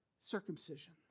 circumcision